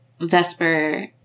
vesper